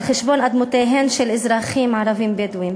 על חשבון אדמותיהם של אזרחים ערבים בדואים.